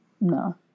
no